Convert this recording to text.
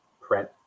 print